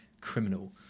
criminal